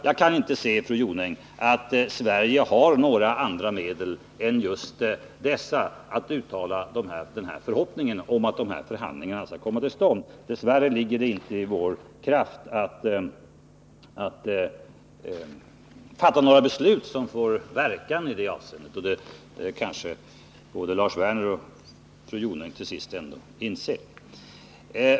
Jag kan inte se, fru Jonäng, att Sverige har något annat medel att tillgå än att just uttala förhoppningen om att de här förhandlingarna kan komma till stånd. Dess Nr 47 värre ligger det inte inom våra möjligheter att fatta beslut som får någon Fredagen den verkan i det avseendet, vilket kanske både Lars Werner och Gunnel Jonäng 7 december 1979 till sist ändå inser.